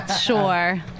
Sure